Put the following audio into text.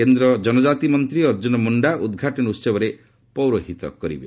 କେନ୍ଦ୍ର ଜନଜାତି ମନ୍ତ୍ରୀ ଅର୍ଜ୍ଜୁନ ମୁଣ୍ଡା ଉଦ୍ଘାଟନୀ ଉହବରେ ପୌରହିତ କରିବେ